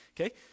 okay